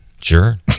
Sure